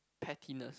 pettiness